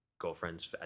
girlfriend's